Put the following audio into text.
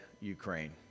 Ukraine